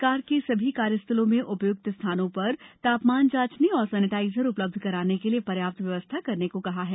सरकार ने सभी कार्यस्थलों में उपयुक्त स्थानों पर तापमान जांचने और सेनिटाइजर उपलब्ध कराने के लिए पर्याप्त व्यवस्था करने को कहा है